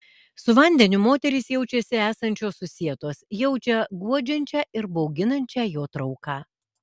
su vandeniu moterys jaučiasi esančios susietos jaučia guodžiančią ir bauginančią jo trauką